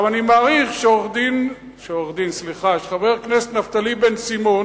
אני מעריך שחבר הכנסת בן-סימון